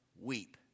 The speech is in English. weep